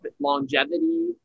longevity